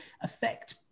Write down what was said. affect